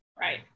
Right